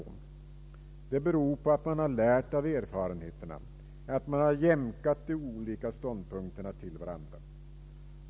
Jo, det beror på att man har lärt av erfarenheterna, att man har jämkat de olika ståndpunkterna till varandra.